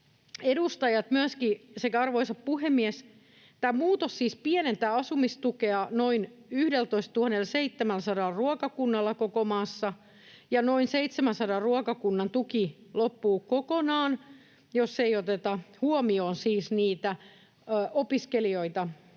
edustajat, tämä muutos siis pienentää asumistukea noin 11 700 ruokakunnalla koko maassa, ja noin 700 ruokakunnan tuki loppuu kokonaan, jos siis ei oteta huomioon niitä opiskelijoita,